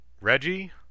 Reggie